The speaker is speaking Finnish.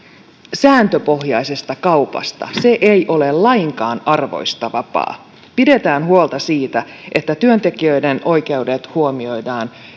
sääntöpohjaisesta kaupasta se ei ole lainkaan arvoista vapaa pidetään huolta siitä että työntekijöiden oikeudet huomioidaan